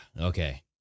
okay